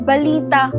Balita